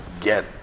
get